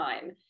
time